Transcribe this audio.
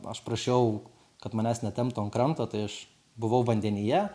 aš prašiau kad manęs netemptų ant kranto tai aš buvau vandenyje